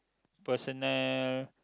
personal